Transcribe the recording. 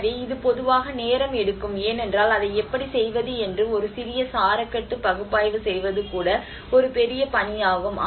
எனவே இது பொதுவாக நேரம் எடுக்கும் ஏனென்றால் அதை எப்படி செய்வது என்று ஒரு சிறிய சாரக்கட்டு பகுப்பாய்வு செய்வது கூட ஒரு பெரிய பணியாகும்